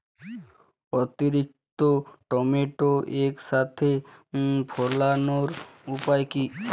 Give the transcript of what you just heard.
অতিরিক্ত টমেটো একসাথে ফলানোর উপায় কী?